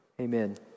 Amen